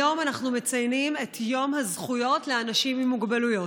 היום אנחנו מציינים את יום הזכויות לאנשים עם מוגבלויות.